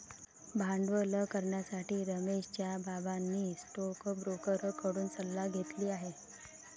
भांडवल करण्यासाठी रमेशच्या बाबांनी स्टोकब्रोकर कडून सल्ला घेतली आहे